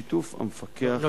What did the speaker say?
בשיתוף המפקח,